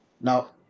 Now